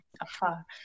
Afar